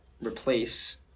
replace